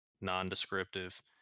non-descriptive